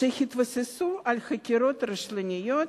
שהתבססו על חקירות רשלניות